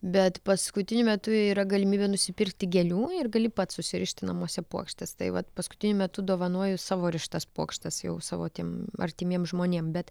bet paskutiniu metu yra galimybė nusipirkti gėlių ir gali pats susirišti namuose puokštes tai vat paskutiniu metu dovanoju savo rištas puokštes jau savo tiem artimiem žmonėm bet